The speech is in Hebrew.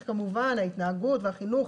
כמובן הם קוראים לציבור מבחינת ההתנהגות והחינוך,